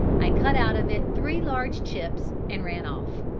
i cut out of it three large chips and ran off.